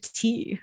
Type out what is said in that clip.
tea